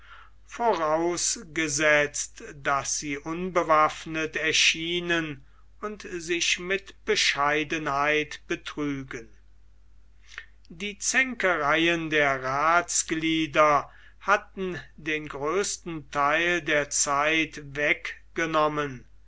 vorausgesetzt daß sie unbewaffnet erschienen und sich mit bescheidenheit betrügen die zänkereien der rathsglieder hatten den größten theil der zeit weggenommen